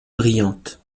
brillante